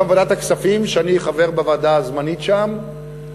גם בוועדת הכספים הזמנית שאני חבר בה,